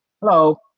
hello